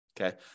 Okay